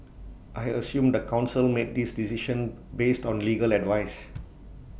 I assume the Council made this decision based on legal advice